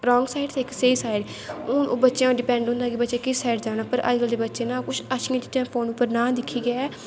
रांग side ते इक स्हेई साईड़ हून बच्चें पर डिपैंड होंदा कि बच्चैं किस साईड़ जाना पर अज कल दे बच्चे अच्छियां चीजां फोन पर नां दिक्खियै